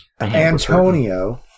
Antonio